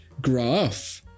graph